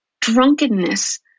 drunkenness